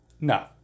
No